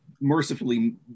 mercifully